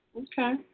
Okay